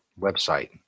website